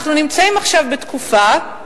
אנחנו נמצאים עכשיו בתקופה,